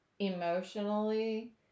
emotionally